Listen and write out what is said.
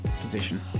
position